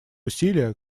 усилия